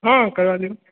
हँ करा दिऔ